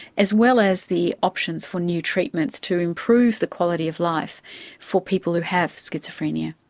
as well as the options for new treatments to improve the quality of life for people who have schizophrenia.